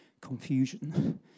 confusion